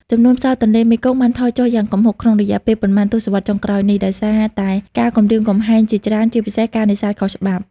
ចំនួនផ្សោតទន្លេមេគង្គបានថយចុះយ៉ាងគំហុកក្នុងរយៈពេលប៉ុន្មានទសវត្សរ៍ចុងក្រោយនេះ ដោយសារតែការគំរាមកំហែងជាច្រើន ជាពិសេសការនេសាទខុសច្បាប់។